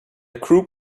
group